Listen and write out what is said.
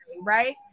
Right